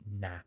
nah